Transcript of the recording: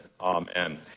amen